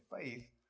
faith